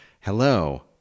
Hello